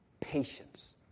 patience